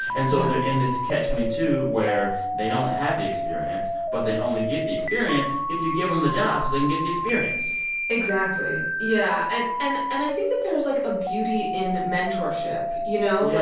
and so they're in this catch twenty two where they don't have the experience. but they only get the experience if you give them the job so they can get the experience exactly, yeah. and and and i think that there's, like, a beauty in mentorship, you know? like